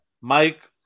Mike